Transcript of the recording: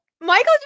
Michael